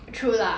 true lah